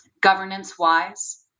governance-wise